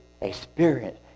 experience